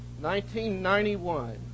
1991